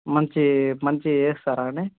మంచీ మంచిగా చేస్తారా అండీ